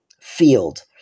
Field